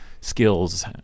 skills